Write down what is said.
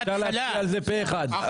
פה אחד....